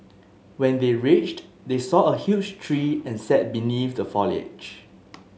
when they reached they saw a huge tree and sat beneath the foliage